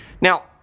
Now